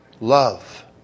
love